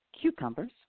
cucumbers